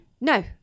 No